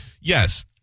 Yes